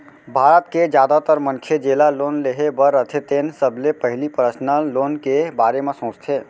भारत के जादातर मनखे जेला लोन लेहे बर रथे तेन सबले पहिली पर्सनल लोन के बारे म सोचथे